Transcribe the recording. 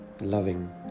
loving